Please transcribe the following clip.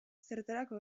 zertarako